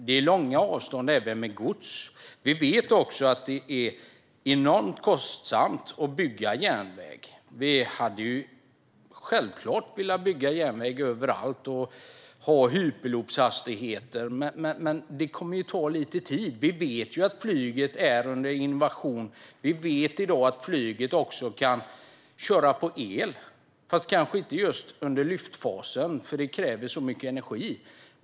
Det är långa avstånd även med gods. Vi vet också att det är enormt kostsamt att bygga järnväg. Vi hade självklart velat bygga järnväg överallt och ha hyperloopshastigheter, men det kommer att ta lite tid. Vi vet att flyget är under innovation. Vi vet också att flyget i dag kan köra på el fast kanske inte just under lyftfasen, eftersom det kräver så mycket energi.